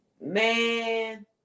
man